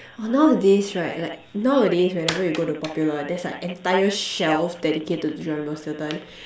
!wah! nowadays right like nowadays whenever you go to popular there's like entire shelf dedicated to Geronimo-Stilton